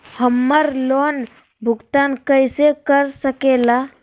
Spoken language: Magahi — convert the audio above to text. हम्मर लोन भुगतान कैसे कर सके ला?